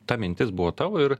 ta mintis buvo tavo ir